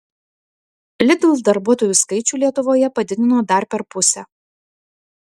lidl darbuotojų skaičių lietuvoje padidino dar per pusę